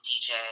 DJ